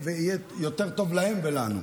ויהיה טוב יותר להם ולנו.